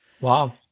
Wow